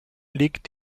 liegt